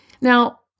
Now